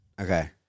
okay